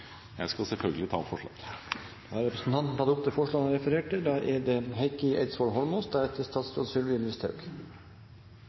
Jeg skal selvfølgelig ta opp forslaget fra Venstre, Sosialistisk Venstreparti og Miljøpartiet De Grønne. Da har representanten Ola Elvestuen tatt opp det forslaget han refererte til.